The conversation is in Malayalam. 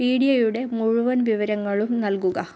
പി ഡി ഐയുടെ മുഴുവൻ വിവരങ്ങളും നൽകുക